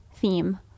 theme